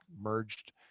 merged